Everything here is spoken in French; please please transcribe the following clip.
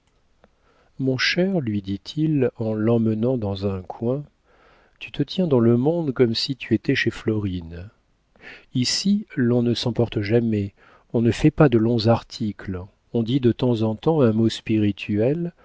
mon cher lui dit-il en l'emmenant dans un coin tu te tiens dans le monde comme si tu étais chez florine ici on ne s'emporte jamais on ne fait pas de longs articles on dit de temps en temps un mot spirituel